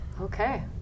Okay